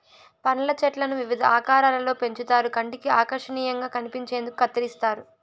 పండ్ల చెట్లను వివిధ ఆకారాలలో పెంచుతారు కంటికి ఆకర్శనీయంగా కనిపించేందుకు కత్తిరిస్తారు